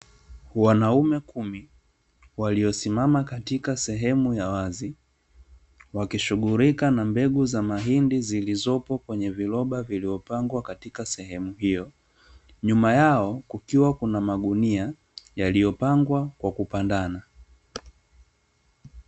Wanaume kumi, Walio simama katika sehemu ya wazi, Wakishughulika na mbegu za mahindi zilizopo kwenye viroba vilivyo pangwa katika sehemu hiyo, Nyuma yao kukiwa na magunia yaliyo pangwa kwa kupandana.